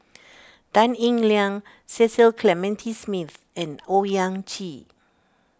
Tan Eng Liang Cecil Clementi Smith and Owyang Chi